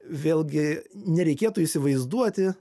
vėlgi nereikėtų įsivaizduoti